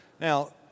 Now